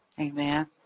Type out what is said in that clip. Amen